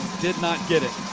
did not get it.